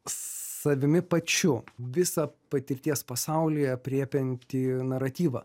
savimi pačiu visą patirties pasaulyje aprėpiantį naratyvą